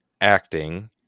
acting